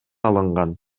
алынган